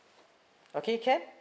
okay can